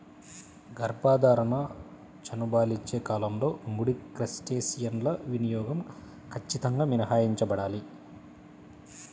గర్భధారణ, చనుబాలిచ్చే కాలంలో ముడి క్రస్టేసియన్ల వినియోగం ఖచ్చితంగా మినహాయించబడాలి